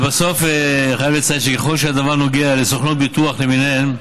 חייב לציין שככל שהדבר נוגע לסוכנויות ביטוח למיניהן,